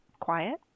quiet